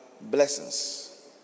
blessings